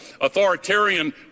authoritarian